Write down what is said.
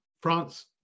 France